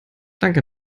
danke